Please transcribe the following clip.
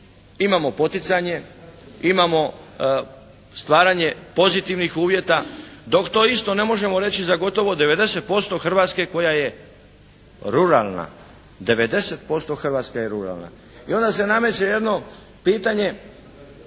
Imamo poticanje, imamo stvaranje pozitivnih uvjeta, dok to isto ne možemo reći za gotovo 90% Hrvatske koja je ruralna. 90% Hrvatske je ruralna. I onda se nameće jedno pitanje